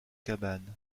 cabanes